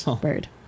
Bird